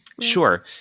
Sure